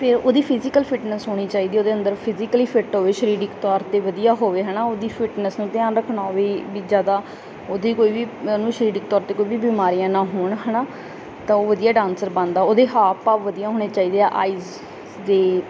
ਫਿਰ ਉਹਦੀ physical fitness ਹੋਣੀ ਚਾਹੀਦੀ ਉਹਦੇ ਅੰਦਰ ਫਿਜ਼ੀਕਲੀ ਫਿੱਟ ਹੋਵੇ ਸਰੀਰਿਕ ਤੌਰ 'ਤੇ ਵਧੀਆ ਹੋਵੇ ਹੈ ਨਾ ਉਹਦੀ ਫਿਟਨੈਸ ਨੂੰ ਧਿਆਨ ਰੱਖਣਾ ਹੋਵੇ ਵੀ ਜ਼ਿਆਦਾ ਉਹਦੀ ਕੋਈ ਵੀ ਉਹਨੂੰ ਸਰੀਰਕ ਤੌਰ 'ਤੇ ਕੋਈ ਵੀ ਬਿਮਾਰੀਆਂ ਨਾ ਹੋਣ ਹੈ ਨਾ ਤਾਂ ਉਹ ਵਧੀਆ ਡਾਂਸਰ ਬਣਦਾ ਉਹਦੇ ਹਾਵ ਭਾਵ ਵਧੀਆ ਹੋਣੇ ਚਾਹੀਦੇ ਆ ਆਈਜ ਦੇ